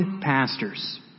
pastors